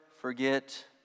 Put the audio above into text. forget